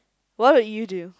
what would you do